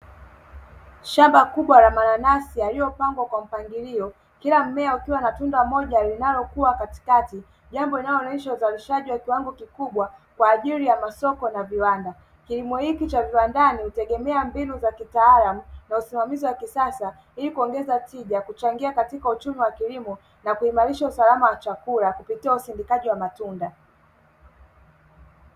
Shamba kubwa la mananasi yaliyopangwa kwa mpangilio, kila mmea ukiwa na tunda moja linalokuwa katikati. Jambo linaloonyesha uzalishaji wa kiwango kikubwa kwa ajili ya masoko na viwanda. Kilimo hiki cha viwandani hutegemea mbinu za kitaalam na usimamizi wa kisasa ili kuongeza tija, kuchangia katika uchumi wa kilimo, na kuimarisha usalama wa chakula kupitia usindikaji wa matunda."